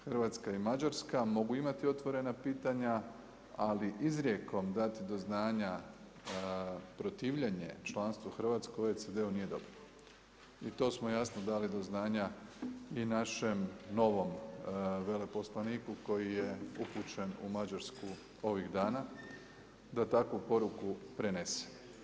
Hrvatska i Mađarska mogu imati otvorena pitanja, ali izrijekom dati do znanja protivljenje članstvu Hrvatske u OECD-u nije dobro i to smo jasno dali do znanja i našem novom veleposlaniku koji je upućen u Mađarsku ovih dana, da takvu poruku prenese.